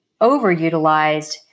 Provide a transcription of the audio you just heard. overutilized